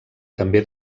també